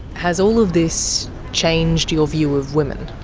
has all of this changed your view of women?